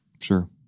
Sure